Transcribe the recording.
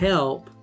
Help